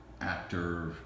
actor